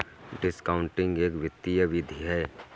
discounting एक वित्तीय विधि है